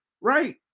right